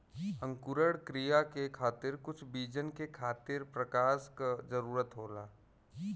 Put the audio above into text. अंकुरण क्रिया के खातिर कुछ बीजन के खातिर प्रकाश क जरूरत होला